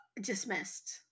dismissed